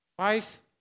five